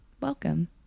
Welcome